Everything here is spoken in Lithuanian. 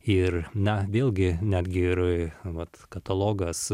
ir na vėlgi netgi ir vat katalogas